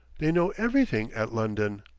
they know everything at london.